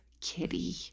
Kitty